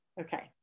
Okay